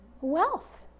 wealth